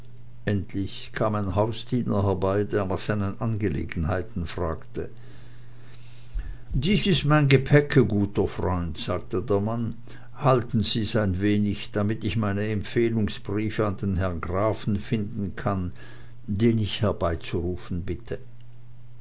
endlich kam ein hausdiener herbei der nach seinen angelegenheiten fragte dies ist mein gepäcke guter freund sagte der mann halten sie's ein wenig damit ich meine empfehlungsbriefe an den herren grafen finden kann den ich herbeizurufen bitte